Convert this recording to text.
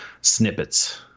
snippets